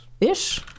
ish